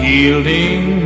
Yielding